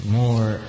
more